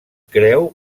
creu